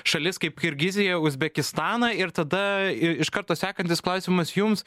šalis kaip kirgiziją uzbekistaną ir tada iš karto sekantis klausimas jums